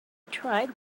tried